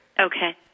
Okay